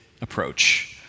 approach